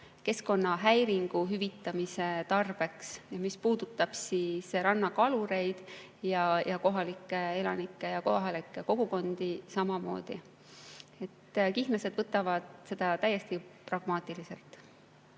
keskkonnahäiringu hüvitamise tarbeks. See puudutab rannakalureid, kohalikke elanikke ja kohalikke kogukondi samamoodi. Nii et kihnlased võtavad seda täiesti pragmaatiliselt.